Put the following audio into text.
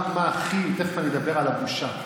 תכף אני אדבר על הבושה.